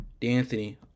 D'Anthony